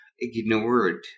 ignored